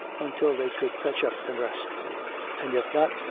until they could fetch up the rest and, if not,